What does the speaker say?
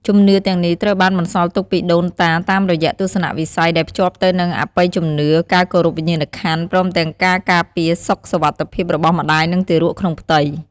ជំនឿទាំងនេះត្រូវបានបន្សល់ទុកពីដូនតាតាមរយៈទស្សនៈវិស័យដែលភ្ជាប់ទៅនឹងអបិយជំនឿ ការគោរពវិញ្ញាណក្ខន្ធ ព្រមទាំងការការពារសុខសុវត្ថិភាពរបស់ម្តាយ និងទារកក្នុងផ្ទៃ។